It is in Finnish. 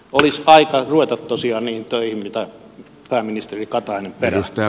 olisi aika ruveta tosiaan niihin töihin mitä pääministeri katainen perää